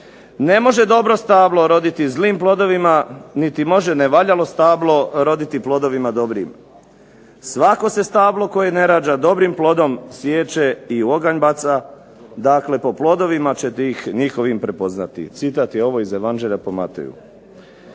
Ne može dobro stablo roditi zlim plodovima, niti može nevaljalo stablo roditi plodovima dobrim. Svako se stablo koje ne rađa dobrim plodom siječe i u oganj baca. Dakle, po plodovima ćete ih njihovim prepoznati. Citat je ovo iz Evanđelja po Mateju.